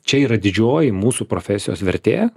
čia yra didžioji mūsų profesijos vertė